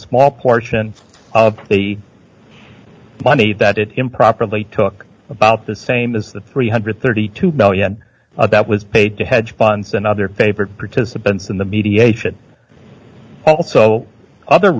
small portion of the money that it improperly took about the same as the three hundred and thirty two million that was paid to hedge funds and other favorite participants in the mediation also other